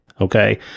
Okay